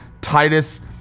Titus